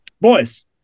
boys